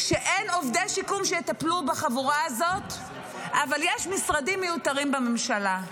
כשאין עובדי שיקום שיטפלו בחבורה הזאת אבל יש משרדים מיותרים בממשלה?